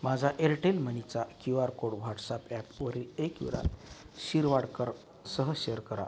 माझा एअरटेल मनीचा Q R code WhatsApp ॲपवरील एकवीरा शिरवाडकरसह शेअर करा